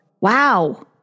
wow